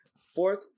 fourth